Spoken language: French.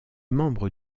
membre